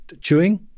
chewing